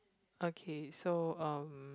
okay so um